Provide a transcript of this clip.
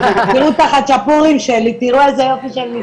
תראו את החצ'פורים שלי, תראו איזה יופי של מסעדה.